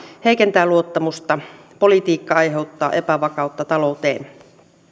heikentää luottamusta politiikka aiheuttaa epävakautta talouteen